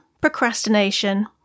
procrastination